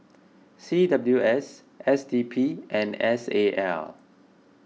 C W S S D P and S A L